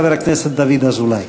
חבר הכנסת דוד אזולאי.